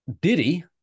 Diddy